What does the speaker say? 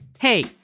Hey